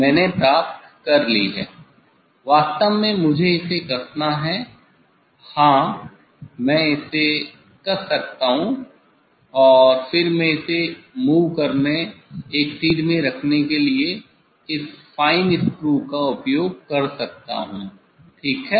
मैंने प्राप्त कर ली है वास्तव में मुझे इसे कसना है हां मैं इसे कस सकता हूं और फिर मैं इसे मूव करने एक सीध में रखने के लिए इस फाइन स्क्रू का उपयोग कर सकता हूं ठीक है